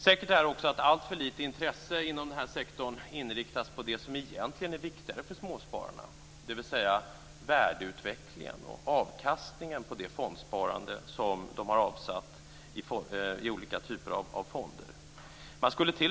Säkert är att alltför lite intresse inom sektorn inriktas på det som egentligen är viktigare för småspararna, dvs. värdeutvecklingen och avkastningen på det sparande som de har avsatt i olika typer av fonder.